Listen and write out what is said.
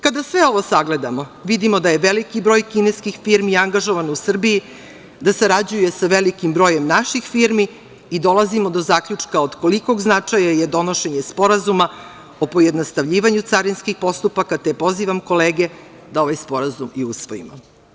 Kada sve ovo sagledamo, vidimo da je veliki broj kineskih firmi angažovano u Srbiji, da sarađuje sa velikim brojem naših firmi i dolazimo do zaključka od kolikog značaja je donošenje Sporazuma o pojednostavljivanju carinskih postupaka, te pozivam kolege da ovaj sporazum i usvojimo.